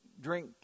drink